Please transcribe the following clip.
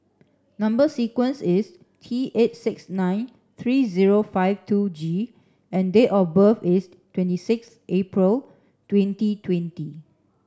number sequence is T eight six nine three zero five two G and date of birth is twenty six April twenty twenty